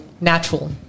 natural